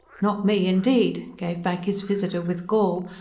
not me, indeed! gave back his visitor with gall,